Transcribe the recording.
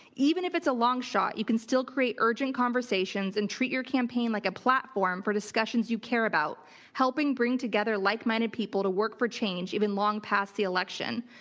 even if it's a long shot, you can still create urgent conversations and treat your campaign like a platform for discussions you care about helping helping bring together like-minded people to work for change even long past the election.